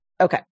Okay